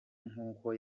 nkuko